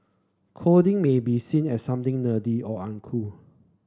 coding may be seen as something nerdy or uncool